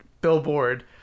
billboard